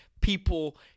people